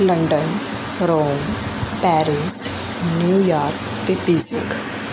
London Rome Paris New York ਤੇ ਪਿਸਿਕ